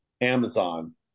Amazon